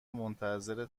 منتظر